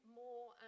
more